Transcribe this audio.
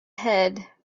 head